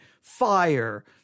fire